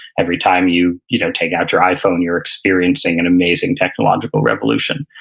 everytime you you know take out your iphone you're experiencing an amazing technological revolution.